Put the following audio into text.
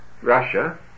Russia